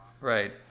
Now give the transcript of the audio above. Right